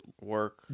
work